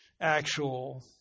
actual